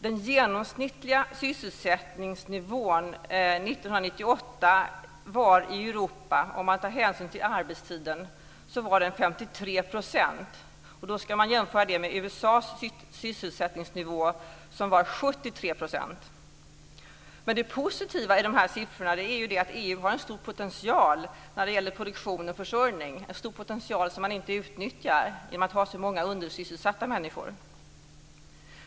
Den genomsnittliga sysselsättningsnivån 1998 var i Europa, om man tar hänsyn till arbetstiden, 53 %. Det ska man jämföra med USA:s sysselsättningsnivå, som var 73 %. Det positiva i siffrorna är att EU har en stor potential när det gäller produktion och försörjning, som man inte utnyttjar genom att ha så många undersysselsatta människor.